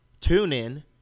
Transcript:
TuneIn